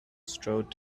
strode